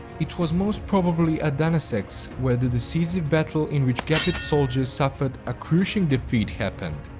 it was most probably at dunaseks where the decisive battle in which gepid soldiers suffered a crushing defeat happened.